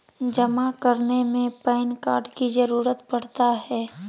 जमा करने में पैन कार्ड की जरूरत पड़ता है?